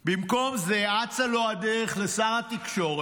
במקום זה אצה לו הדרך, לשר התקשורת.